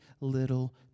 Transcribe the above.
little